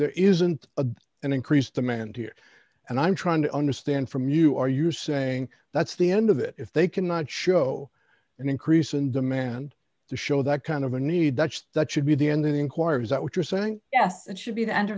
there isn't a an increased demand here and i'm trying to understand from you are you saying that's the end of it if they cannot show an increase in demand to show that kind of a need much that should be the end of the inquiry is that what you're saying yes it should be the end